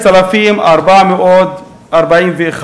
5,441,